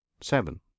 seven